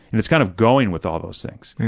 and it's kind of going with all those things. yeah